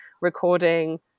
Recording